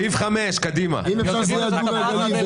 באוקטובר כי בסוף המטרה היא לתת להם את